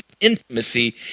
intimacy